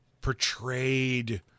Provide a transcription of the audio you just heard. portrayed